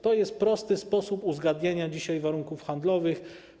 To jest prosty sposób uzgadniania dzisiaj warunków handlowych.